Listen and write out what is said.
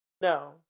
No